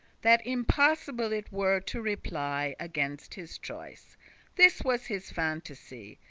that impossible it were to reply against his choice this was his fantasy.